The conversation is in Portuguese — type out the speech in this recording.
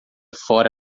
fora